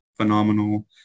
phenomenal